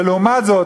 ולעומת זאת,